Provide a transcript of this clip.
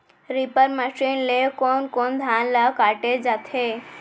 Reaper machine ले कोन कोन धान ल काटे जाथे?